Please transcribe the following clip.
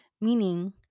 meaning